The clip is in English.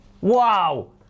Wow